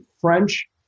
French